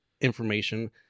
information